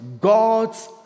God's